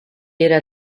era